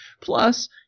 Plus